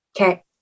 okay